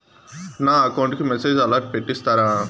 నా అకౌంట్ కి message alert పెట్టిస్తారా